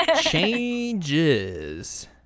changes